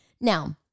Now